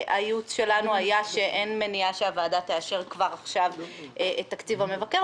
הייעוץ שלנו היה שאין מניעה שהוועדה תאשר כבר עכשיו את תקציב המבקר,